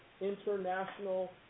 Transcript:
international